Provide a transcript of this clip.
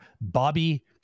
Bobby